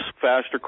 faster